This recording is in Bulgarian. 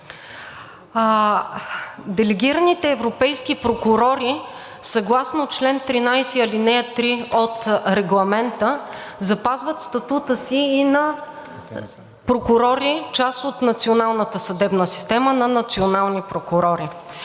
Делегираните европейски прокурори съгласно чл. 13, ал. 3 от Регламента запазват статута си и на прокурори, част от националната съдебна система на национални прокурори.